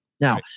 Now